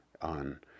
on